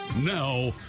Now